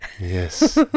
Yes